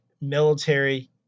military